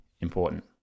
important